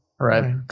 Right